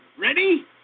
Ready